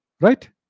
Right